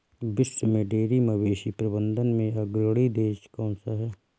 विश्व में डेयरी मवेशी प्रबंधन में अग्रणी देश कौन सा है?